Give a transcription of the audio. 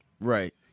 Right